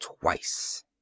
twice